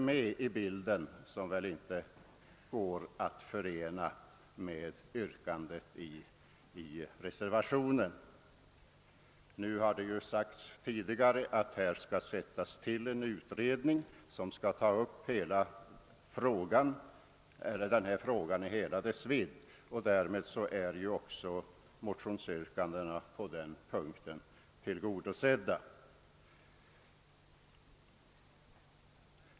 Därmed kommer in i bilden nya aspekter som inte går att förena med det aktuella reservationsyrkandet. Det har tidigare sagts att det skall tillsättas en utredning som tar upp frågan i hela dess vidd, och därmed är också motionsyrkandena härvidlag tillgodosedda.